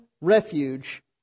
refuge